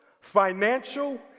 financial